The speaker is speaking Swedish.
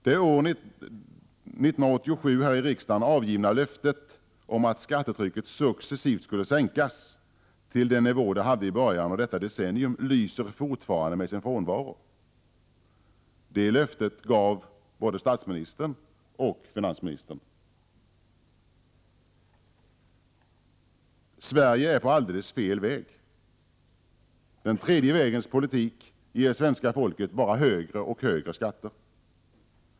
Det år 1987 här i riksdagen avgivna löftet om att skattetrycket successivt skulle sänkas till den nivå det hade i början av detta decennium lyser fortfarande med sin frånvaro. Det löftet gav både statsministern och finansministern. Sverige är på alldeles fel väg. Den tredje vägens politik ger bara svenska folket högre och högre skatter.